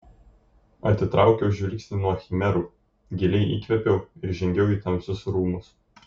atitraukiau žvilgsnį nuo chimerų giliai įkvėpiau ir žengiau į tamsius rūmus